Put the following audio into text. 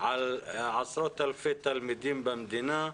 לעשרות אלפי תלמידים במדינה,